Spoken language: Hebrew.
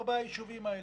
הארבעה יישובים האלה,